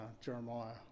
Jeremiah